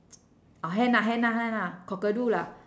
or hen ah hen ah hen ah cockadoo lah